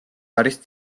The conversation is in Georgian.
არის